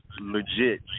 legit